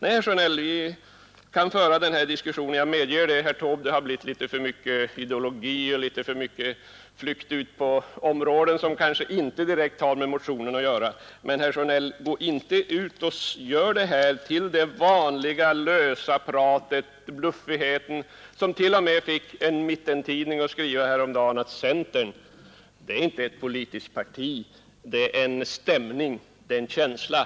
Sedan medger jag, herr Taube, att det i denna debatt har blivit litet för mycket ideologi och litet för många utflykter över områden som kanske inte direkt har med den motion att göra som vi här diskuterar. Men, herr Sjönell, för då inte diskussionen om denna fråga med det vanliga lösa pratet och fluffigheten, en fluffighet som t.o.m. fick en mittentidning att häromdagen skriva, att centern är inte ett politiskt parti, det är en stämning, en känsla.